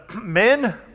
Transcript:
men